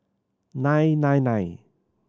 nine nine nine